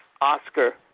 Oscar